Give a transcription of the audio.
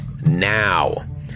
now